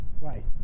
right